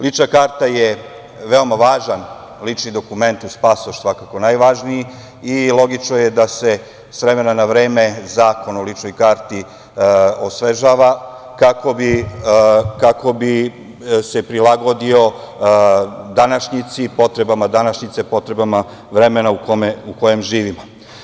Lična karta je veoma važan lični dokument, uz pasoš svakako najvažniji i logično je da se s vremena na vreme Zakon o ličnoj karti osvežava, kako bi se prilagodio potrebama današnjice, potrebama vremena u kojem živimo.